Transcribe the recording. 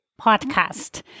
podcast